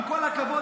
עם כל הכבוד,